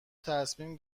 تصمیم